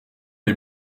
les